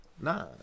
Nah